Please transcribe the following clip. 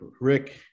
Rick